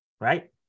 right